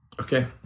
okay